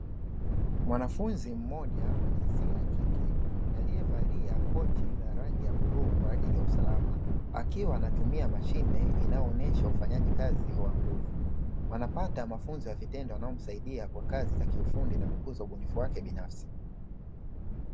Mwanafunzi mmoja wa jinsia ya kike aliyevalia koti la rangi ya buluu kwa ajili ya usalama, akiwa anatumia mashine inayoonyesha ufanyaji kazi wa nguvu wanapata mafunzo ya vitendo wanaomsaidia kwa kazi za kiufundi na kukuza ubunifu wake binafsi.